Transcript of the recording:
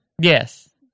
Yes